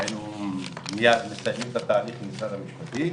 והיינו מייד מסיימים את התהליך עם משרד המשפטים.